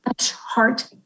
Heart